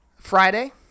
Friday